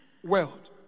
world